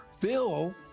Bill